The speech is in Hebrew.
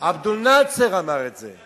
עבד אל-נאצר אמר את זה.